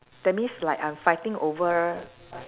that means like I'm fighting over